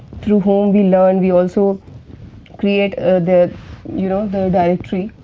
through whom we learn, we also create the you know directory,